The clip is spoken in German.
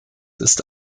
ist